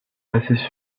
assez